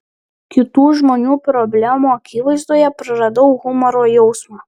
kitų žmonių problemų akivaizdoje praradau humoro jausmą